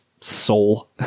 Soul